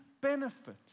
benefit